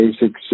basic